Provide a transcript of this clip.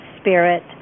spirit